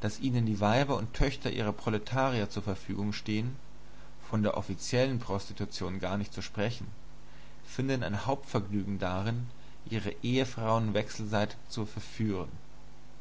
daß ihnen die weiber und töchter ihrer proletarier zur verfügung stehen von der offiziellen prostitution gar nicht zu sprechen finden ein hauptvergnügen darin ihre ehefrauen wechselseitig zu verführen